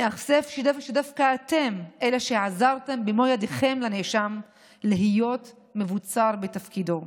מאכזב שדווקא אתם אלה שעזרתם במו ידיכם לנאשם להיות מבוצר בתפקידו.